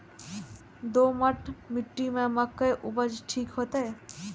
दोमट मिट्टी में मक्के उपज ठीक होते?